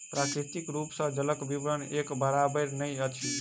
प्राकृतिक रूप सॅ जलक वितरण एक बराबैर नै अछि